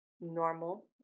normal